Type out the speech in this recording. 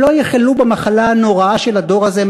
הם לא יחלו במחלה הנוראה של הדור הזה,